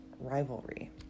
rivalry